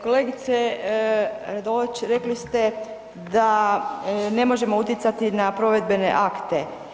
Kolegice Radolović rekli ste da ne možemo utjecati na provedbene akte.